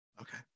Okay